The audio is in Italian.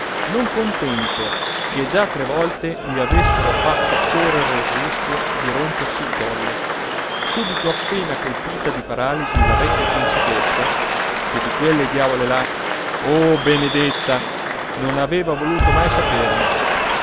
non contento che già tre volte gli avessero fatto correre il rischio di rompersi il collo subito appena colpita di paralisi la vecchia principessa che